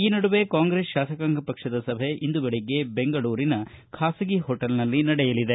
ಈ ನಡುವೆ ಕಾಂಗ್ರೆಸ್ ಶಾಸಕಾಂಗ ಪಕ್ಷದ ಸಭೆ ಇಂದು ಬೆಳಿಗ್ಗೆ ಬೆಂಗಳೂರಿನ ಖಾಸಗಿ ಹೋಟೆಲ್ನಲ್ಲಿ ನಡೆಯಲಿದೆ